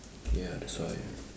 ya that's why